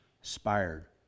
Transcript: inspired